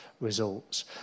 results